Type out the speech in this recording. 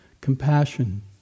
compassion